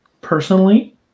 personally